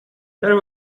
there